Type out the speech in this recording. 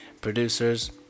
producers